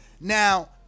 now